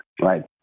right